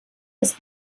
ist